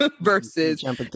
versus